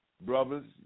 brothers